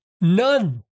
None